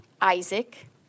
Isaac